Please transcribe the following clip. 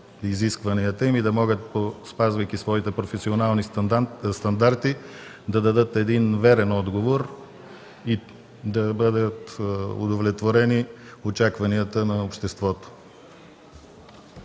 изискванията и да могат, спазвайки професионалните си стандарти, да дадат верен отговор и да се удовлетворят очакванията на обществото.